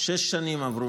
שש שנים עברו,